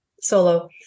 solo